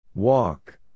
Walk